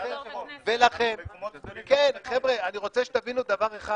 מקומות סגורים --- אני רוצה שתבינו דבר אחד